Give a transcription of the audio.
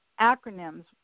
acronyms